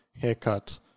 haircut